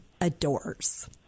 adores